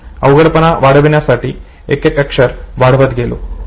अवघडपणा वाढवण्यासाठी एक एक अक्षर वाढवत गेलो